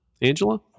Angela